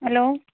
hello